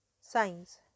science